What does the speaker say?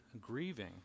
grieving